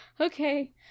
Okay